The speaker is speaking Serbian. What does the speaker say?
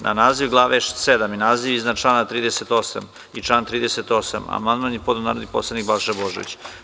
Na naziv glave VII, naziv iznad člana 38 i član 38. amandman je podneo narodni poslanik Balša Božović.